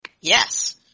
Yes